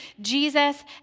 Jesus